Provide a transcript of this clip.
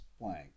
blank